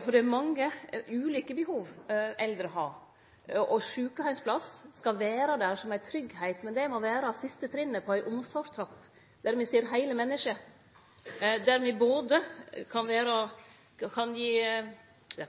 for det er mange ulike behov eldre har. Sjukeheimsplass skal vere der som ein tryggleik, men det må vere siste trinnet på ein omsorgstrapp der me ser heile mennesket – det kan